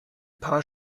paar